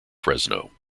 fresno